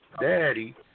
daddy